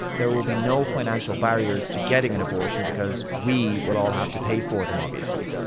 there will be no financial barriers to getting an abortion, because we will all have to pay for them, obviously.